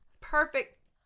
perfect